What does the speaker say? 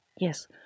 Yes